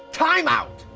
time out.